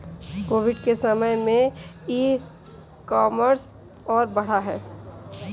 Covid के समय में ई कॉमर्स और बढ़ा है